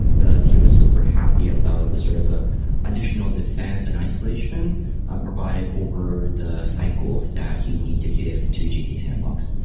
thus he was super happy about the sort of a additional defense and isolation provided over the cycles that he need to give to gke sandbox.